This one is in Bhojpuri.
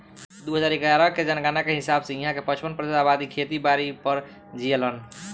दू हजार इग्यारह के जनगणना के हिसाब से इहां के पचपन प्रतिशत अबादी खेती बारी पर जीऐलेन